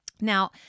Now